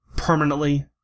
Permanently